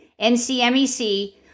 NCMEC